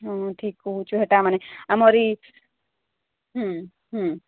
ହଁ ଠିକ କହୁଛୁ ହେଟାମାନେ ଆମରି